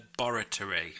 Laboratory